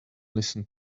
listen